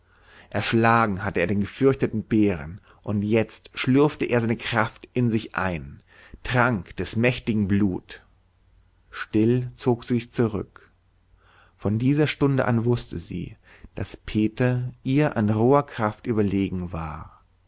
erschlagen hatte er den gefürchteten bären und jetzt schlürfte er seine kraft in sich ein trank des mächtigen blut still zog sie sich zurück von dieser stunde an wußte sie daß peter ihr an roher kraft überlegen war